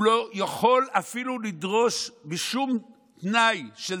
הוא לא יכול אפילו לדרוש בשום תנאי של